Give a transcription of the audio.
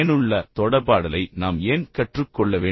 பயனுள்ள தொடர்பாடலை நாம் ஏன் கற்றுக்கொள்ள வேண்டும்